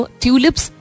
tulips